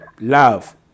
love